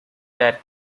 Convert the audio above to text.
that